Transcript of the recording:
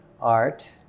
art